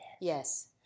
Yes